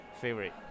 favorite